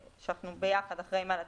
שאנחנו ביחד אחראיים על התקנות,